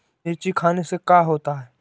मिर्ची खाने से का होता है?